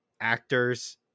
actors